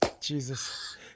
Jesus